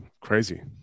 crazy